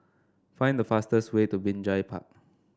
find the fastest way to Binjai Park